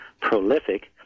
prolific